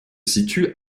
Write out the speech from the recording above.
situe